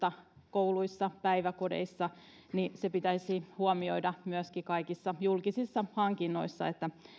kouluissa ja päiväkodeissa pitäisi huomioida myöskin kaikissa julkisissa hankinnoissa että